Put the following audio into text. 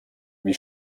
wie